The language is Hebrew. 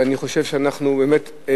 ואני חושב שאנחנו באמת,